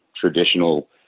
traditional